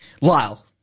Lyle